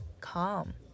calm